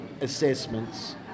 assessments